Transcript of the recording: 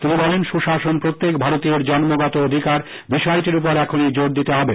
তিনি বলেন সুশাসন প্রত্যেক ভারতীয়র জন্মগত অধিকার বিষয়টির উপর এখনই জোর দিতে হবে